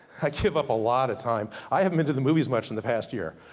i give up a lot of time. i haven't been to the movies much in the past year,